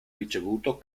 ricevuto